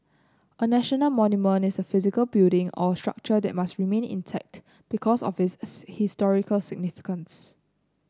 a national monument is a physical building or structure that must remain intact because of its its historical significance